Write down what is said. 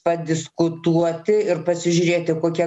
padiskutuoti ir pasižiūrėti kokie